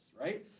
right